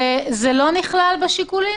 לא נכלל בשיקולים?